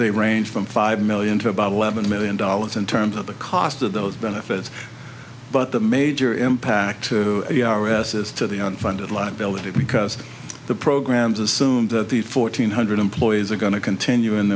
they range from five million to about eleven million dollars in terms of the cost of those benefits but the major impact our asses to the unfunded liability because the programs assume that the fourteen hundred employees are going to continue